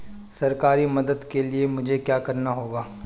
सरकारी मदद के लिए मुझे क्या करना होगा?